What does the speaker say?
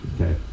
okay